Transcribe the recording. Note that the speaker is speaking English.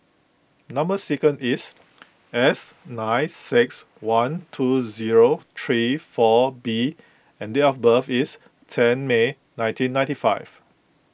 Number Sequence is S nine six one two zero three four B and date of birth is ten May nineteen ninety five